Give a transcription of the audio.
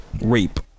rape